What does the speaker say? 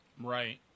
Right